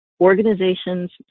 organizations